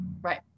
Right